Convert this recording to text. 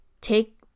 take